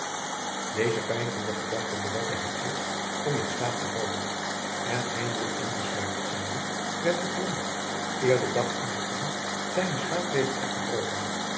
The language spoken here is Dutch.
deze pijnigende gedachte belette hem eerst om in slaap te vallen en eindelijk ingesluimerd zijnde werd nog lang eer de dag aankwam zijn slaap weder afgebroken